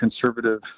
conservative